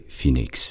Phoenix 。